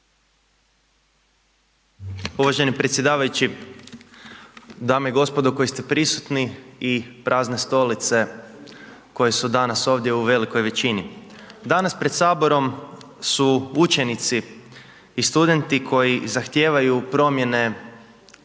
Uvaženi predsjedavajući, dame i gospodo koji ste prisutni i prazne stolice koje su danas ovdje u velikoj većini. Danas pred Saborom su učenici i studenti koji zahtijevaju promjene